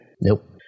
Nope